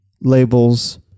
labels